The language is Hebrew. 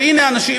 והנה אנשים,